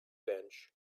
bench